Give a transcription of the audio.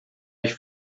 ich